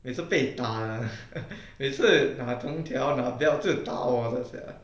每次被打的 每次拿藤条拿 belt 就打我几下